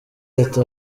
ati